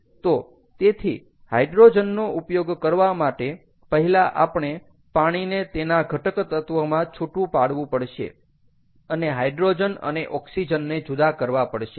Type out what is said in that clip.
તો તેથી હાઈડ્રોજનનો ઉપયોગ કરવા માટે પહેલા આપણે પાણીને તેના ઘટક તત્ત્વોમાં છૂટું પાડવું પડશે અને હાઇડ્રોજન અને ઓક્સિજનને જુદા કરવા પડશે